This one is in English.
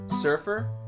surfer